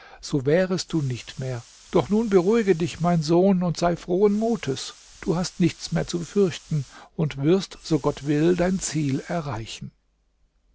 so wärest du nicht mehr doch nun beruhige dich mein sohn und sei frohen mutes du hast nichts mehr zu fürchten und wirst so gott will dein ziel erreichen